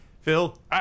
phil